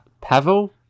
Pavel